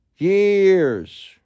Years